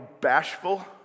bashful